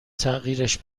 تغییرش